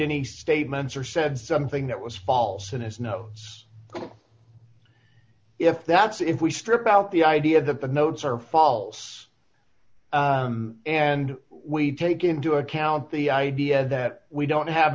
any statements or said something that was false and has no if that's if we strip out the idea that the notes are false and we take into account the idea that we don't have